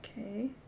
Okay